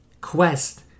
quest